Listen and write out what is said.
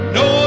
no